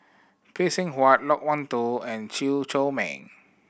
Phay Seng Whatt Loke Wan Tho and Chew Chor Meng